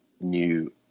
new